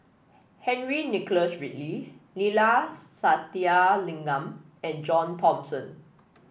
Henry Nicholas Ridley Neila Sathyalingam and John Thomson